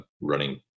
running